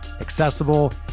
accessible